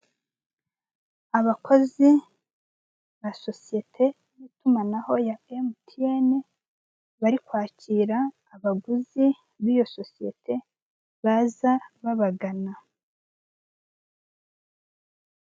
Abakozi ba sosiyete y'itumanaho ya MTN, bari kwakira abaguzi b'iyo sosiyete baza babagana.